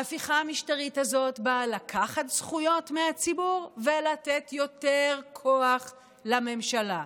ההפיכה המשטרית הזאת באה לקחת זכויות מהציבור ולתת יותר כוח לממשלה,